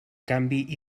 canvi